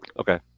Okay